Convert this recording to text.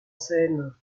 seine